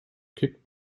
kick